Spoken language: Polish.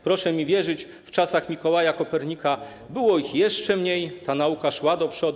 Proszę mi wierzyć, w czasach Mikołaja Kopernika było ich jeszcze mniej, a ta nauka szła do przodu.